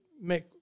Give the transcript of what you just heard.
make